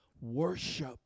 worship